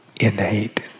innate